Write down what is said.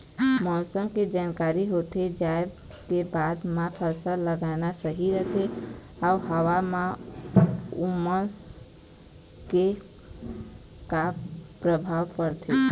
मौसम के जानकारी होथे जाए के बाद मा फसल लगाना सही रही अऊ हवा मा उमस के का परभाव पड़थे?